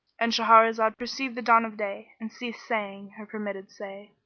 and shahrazad perceived the dawn of day and ceased saying her permitted say.